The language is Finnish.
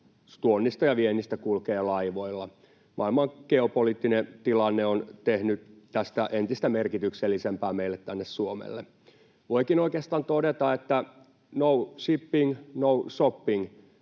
tuonnista ja viennistä kulkee laivoilla. Maailman geopoliittinen tilanne on tehnyt tästä entistä merkityksellisempää meille Suomelle. Voikin oikeastaan todeta, että ”no shipping, no shopping”.